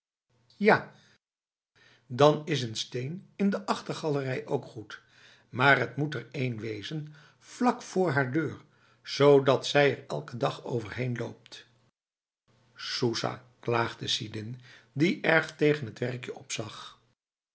ja dan is een steen in de achtergalerij ook goed maar het moet er een wezen vlak voor haar deur zodat zij er elke dag overheen loopt soesah klaagde sidin die erg tegen het werkje opzag